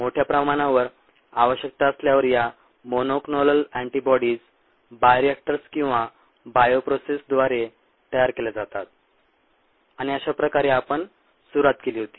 मोठ्या प्रमाणावर आवश्यकता असल्यावर या मोनोक्लोनल अँटीबॉडीज बायोरिएक्टर्स किंवा बायोप्रोसेसेसद्वारे तयार केल्या जातात आणि अशा प्रकारे आपण सुरुवात केली होती